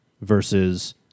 versus